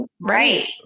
right